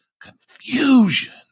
confusion